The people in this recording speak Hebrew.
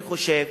אני חושב,